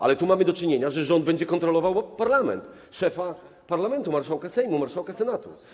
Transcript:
Ale tu mamy do czynienia z tym, że rząd będzie kontrolował parlament, szefa parlamentu, marszałka Sejmu, marszałka Senatu.